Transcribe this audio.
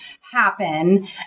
happen